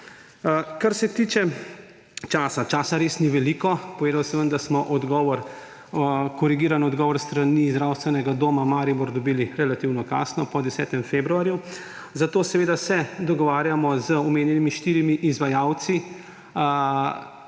Kar se tiče časa. Časa res ni veliko. Povedal sem vam, da smo korigiran odgovor s strani Zdravstvenega doma Maribor dobili relativno kasno, po 10. februarju, zato seveda se dogovarjamo z omenjenimi štirimi izvajalci,